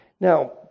Now